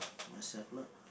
myself lah